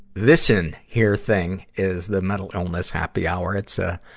this'n here thing is the mental illness happy hour. it's a,